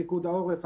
פיקוד העורף,